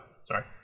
Sorry